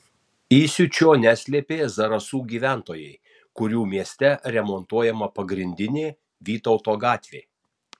įsiūčio neslėpė zarasų gyventojai kurių mieste remontuojama pagrindinė vytauto gatvė